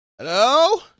Hello